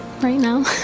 right now.